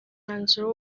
umwanzuro